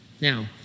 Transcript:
Now